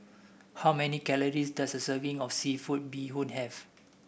how many calories does a serving of seafood Bee Hoon have